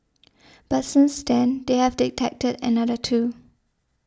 but since then they have detected another two